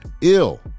ill